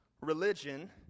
religion